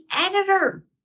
editor